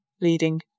leading